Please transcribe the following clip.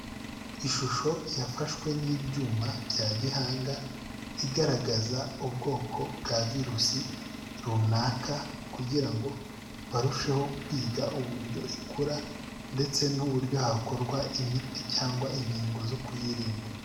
Ishusho yafashwe n'ibyuma bya gihanga, igaragaza ubwoko bwa virusi runaka kugira ngo barusheho kwiga uburyo ikura ndetse n'uburyo hakorwa imiti cyangwa inkingo zo kuyirinda.